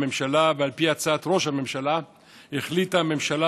הממשלה ועל פי הצעת ראש הממשלה החליטה הממשלה